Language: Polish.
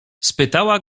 spytała